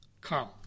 come